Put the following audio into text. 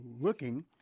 looking